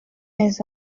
mes